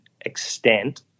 extent